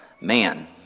Man